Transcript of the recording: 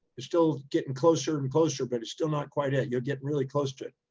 it's still getting closer and closer, but it's still not quite it. you'll get really close to it.